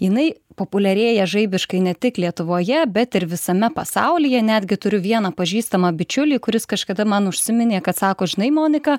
jinai populiarėja žaibiškai ne tik lietuvoje bet ir visame pasaulyje netgi turiu vieną pažįstamą bičiulį kuris kažkada man užsiminė kad sako žinai monika